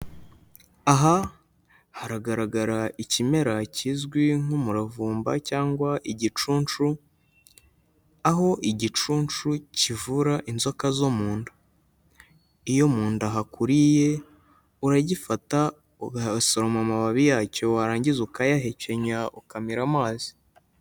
Aha haragaragara ikimera kizwi nk'umuravumba, cyangwa igicunshu, aho igicunshu kivura inzoka zo mu nda. Iyo mu nda hakuriye, uragifata ugasoroma amababi yacyo, warangiza ukayahekenya, ukamira amazi.